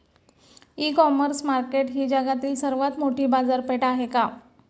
इ commerce market ही जगातील सर्वात मोठी बाजारपेठ आहे का?